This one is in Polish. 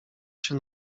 się